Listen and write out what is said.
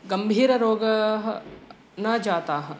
गम्भीररोगाः न जाताः